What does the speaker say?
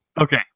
Okay